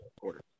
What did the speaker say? quarter